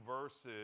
verses